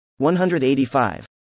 185